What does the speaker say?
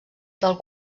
del